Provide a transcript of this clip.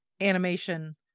Animation